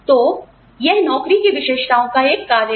तो यह नौकरी की विशेषताओं का एक कार्य है